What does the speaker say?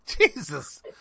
Jesus